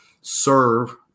serve